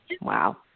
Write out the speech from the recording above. wow